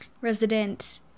resident